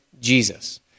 Jesus